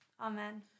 amen